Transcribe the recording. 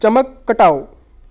ਚਮਕ ਘਟਾਓ